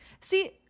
See